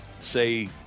say